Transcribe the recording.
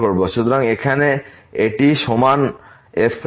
সুতরাং এখানে এটি সমান কম